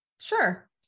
sure